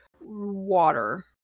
water